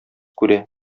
күрә